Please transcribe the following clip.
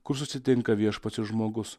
kur susitinka viešpats ir žmogus